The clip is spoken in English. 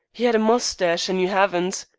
he ad a moustache, and you aven't.